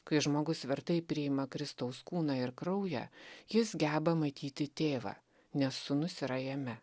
kai žmogus vertai priima kristaus kūną ir kraują jis geba matyti tėvą nes sūnus yra jame